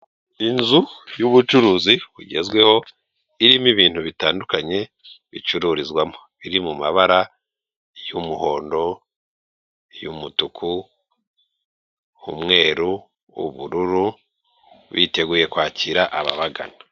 Inzu y'ubucuruzi bugezweho, irimo ibintu bitandukanye bicururizwamo, biri mu mabara y'umuhondo, y'umutuku, umweru, ubururu, biteguye kwakira ababagana.